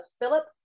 Philip